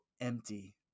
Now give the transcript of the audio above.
empty